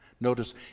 Notice